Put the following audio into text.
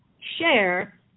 share